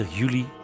juli